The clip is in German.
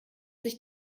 sich